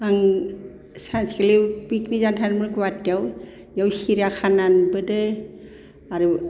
आं सानसेखालि पिकनिक जानो थांदोंमोन गुवाहाटीयाव बेयाव सिरियाखाना नुबोदों आरो